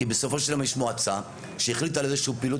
כי בסופו של יום יש מועצה שהחליטה על איזושהי פעילות